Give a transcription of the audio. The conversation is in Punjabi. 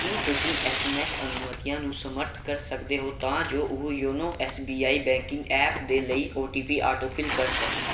ਕੀ ਤੁਸੀਂਂ ਐਸੋਮੈਸ ਅਨੁਮਤੀਆਂ ਨੂੰ ਸਮਰੱਥ ਕਰ ਸਕਦੇ ਹੋ ਤਾਂ ਜੋ ਉਹ YONO S B I banking app ਦੇ ਲਈ ਔ ਟੀ ਪੀ ਆਟੋਫਿਲ ਕਰ ਸਕੇ